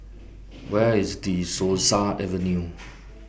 Where IS De Souza Avenue